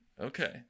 okay